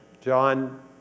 John